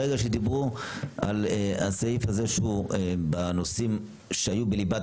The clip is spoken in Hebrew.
ברגע שדיברו על הסעיף זה שהוא בנושאים שהיו בליבת